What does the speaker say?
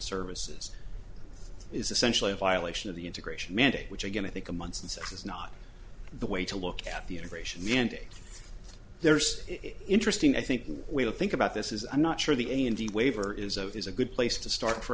services is essentially a violation of the integration mandate which again i think a month and such is not the way to look at the integration mandate there's interesting i think and we'll think about this is i'm not sure the indy waiver is of is a good place to start for